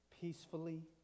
peacefully